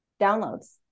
downloads